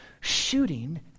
shooting